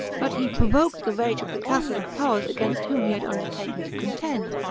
but he provoked the rage of the catholic powers against whom he had undertaken to contend,